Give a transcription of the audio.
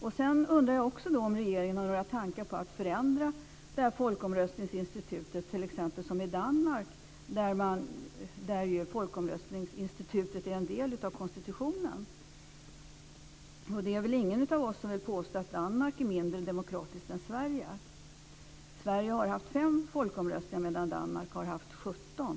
Jag undrar också om regeringen har några tankar på att förändra folkomröstningsinstitutet. I t.ex. Danmark är ju folkomröstningsinstitutet en del av konstitutionen, och ingen av oss vill väl påstå att Danmark är mindre demokratiskt än Sverige. I Sverige har vi haft fem folkomröstningar, medan Danmark har haft 17.